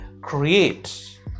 create